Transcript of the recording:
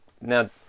Now